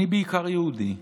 אני בעיקר יהודי,